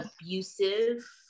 abusive